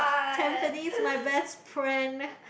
Tampines my best friend